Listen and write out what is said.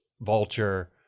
Vulture